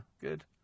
good